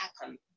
happen